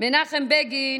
מנחם בגין